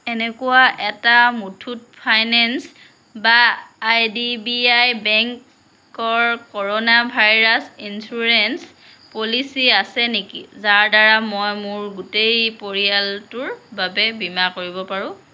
এনেকুৱা এটা মুথুত ফাইনেন্স বা আই ডি বি আই বেংকৰ কৰ'ণা ভাইৰাছ ইঞ্চুৰেন্স পলিচী আছে নেকি যাৰ দ্বাৰা মই মোৰ গোটেই পৰিয়ালটোৰ বাবে বীমা কৰিব পাৰোঁ